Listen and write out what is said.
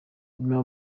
nyuma